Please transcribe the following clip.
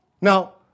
Now